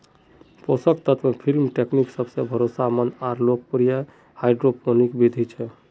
पोषक तत्व film technique सबसे भरोसामंद आर लोकप्रिय हाइड्रोपोनिक बिधि छ